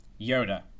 Yoda